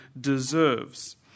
deserves